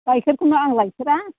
गाइखेरखौनो आं लायफेरा